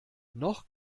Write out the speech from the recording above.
noch